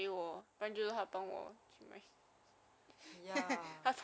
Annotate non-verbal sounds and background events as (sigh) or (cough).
(laughs) mcdonald's 什么东西